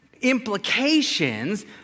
implications